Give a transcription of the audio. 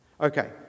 Okay